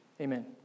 Amen